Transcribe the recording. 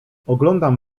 oglądam